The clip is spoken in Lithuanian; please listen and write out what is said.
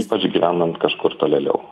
ypač gyvenant kažkur tolėliau